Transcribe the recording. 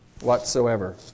whatsoever